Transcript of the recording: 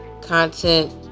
content